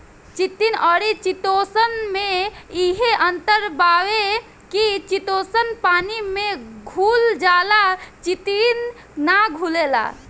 chitin अउरी chitosan में इहे अंतर बावे की चिटोसन पानी में घुल जाला चिटिन ना घुलेला